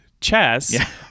chess